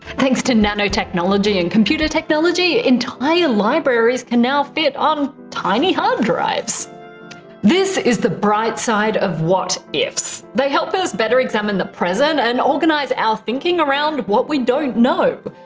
thanks to nanotechnology and computer technology, entire libraries can now fit on tiny hard drives and is the bright side of what ifs, they help us better examine the present, and organize our thinking around what we don't know.